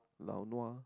lao nua